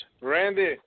Randy